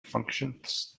functions